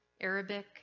Arabic